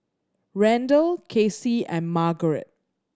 Randall Casey and Margaret